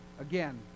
Again